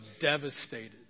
devastated